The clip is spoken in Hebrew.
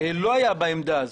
הוא לא היה בעמדה הזו,